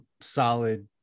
solid